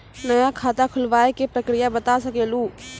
नया खाता खुलवाए के प्रक्रिया बता सके लू?